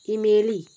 ईमेली